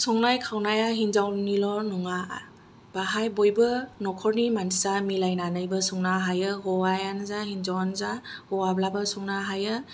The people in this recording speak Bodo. संनाय खावनाया हिनजावनिल' नङा बेवहाय बयबो न'खरनि मानसिया मिलायनानैबो संनो हायो हौवायानो जा हिनजावानो जा हौवाब्लाबो संनो हायो